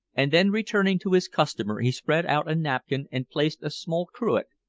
and then returning to his customer he spread out a napkin and placed a small cruet,